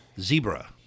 Zebra